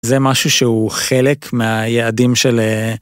זה משהו שהוא חלק מהיעדים של...